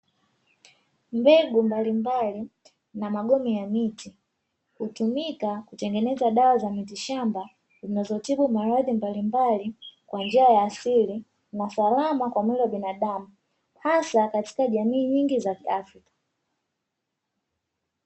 Mbegu mbalimbali na magome ya miti hutumika kutengeneza dawa za miti shamba, zinazotibu maradhi mbalimbali kwa njia ya asili na salama kwa mwili wa binadamu, hasa katika jamii nyingi za kiafrika.